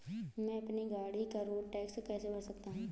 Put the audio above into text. मैं अपनी गाड़ी का रोड टैक्स कैसे भर सकता हूँ?